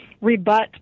rebut